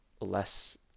less